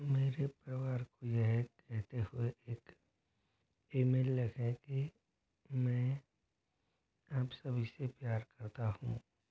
मेरे परिवार को यह कहते हुए एक ईमेल लिखें कि मैं आप सभी से प्यार करता हूँ